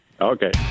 Okay